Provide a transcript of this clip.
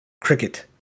cricket